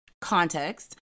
Context